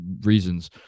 reasons